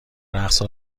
رقص